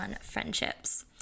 friendships